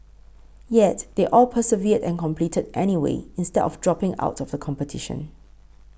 yet they all persevered and competed anyway instead of dropping out of the competition